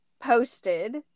posted